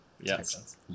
yes